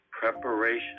preparation